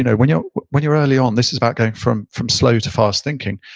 you know when you know when you're early on, this is about getting from from slow to fast thinking,